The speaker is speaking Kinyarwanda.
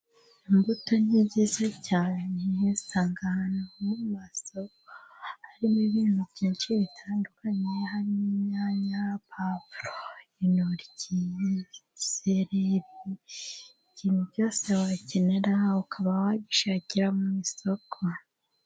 Imbuto ni nziza cyane, usanga ahantu nko mu maso harimo ibintu byinshi bitandukanye harimo imyanya, puwavuro, intoryi, sereri, ikintu cyose wakenera ukaba wagishakira mu isoko.